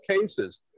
cases